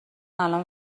الان